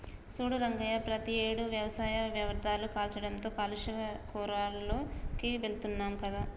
సూడు రంగయ్య ప్రతియేడు వ్యవసాయ వ్యర్ధాలు కాల్చడంతో కాలుష్య కోరాల్లోకి వెళుతున్నాం కదా